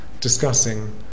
discussing